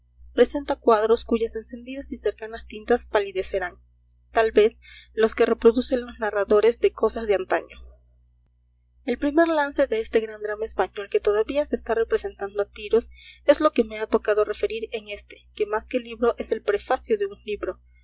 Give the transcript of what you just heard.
presenta cuadros cuyas encendidas y cercanas tintas palidecerán tal vez los que reproduce los narradores de cosas de antaño el primer lance de este gran drama español que todavía se está representando a tiros es lo que me ha tocado referir en este que más que libro es el prefacio de un libro